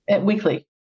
weekly